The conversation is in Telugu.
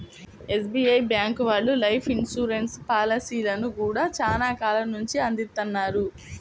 ఎస్బీఐ బ్యేంకు వాళ్ళు లైఫ్ ఇన్సూరెన్స్ పాలసీలను గూడా చానా కాలం నుంచే అందిత్తన్నారు